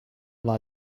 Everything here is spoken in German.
war